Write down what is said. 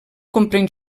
comprèn